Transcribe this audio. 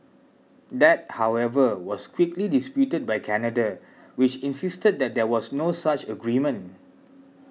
that however was quickly disputed by Canada which insisted that there was no such agreement